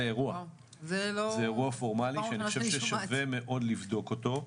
זה אירוע פורמלי שאני חושב ששווה מאוד לבדוק אותו.